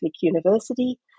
University